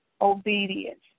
obedience